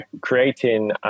creating